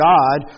God